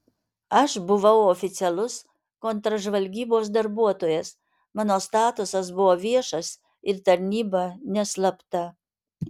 aš buvau oficialus kontržvalgybos darbuotojas mano statusas buvo viešas ir tarnyba neslapta